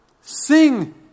Sing